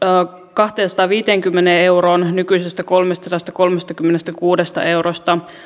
kahteensataanviiteenkymmeneen euroon nykyisestä kolmestasadastakolmestakymmenestäkuudesta eurosta